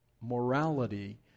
morality